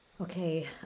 Okay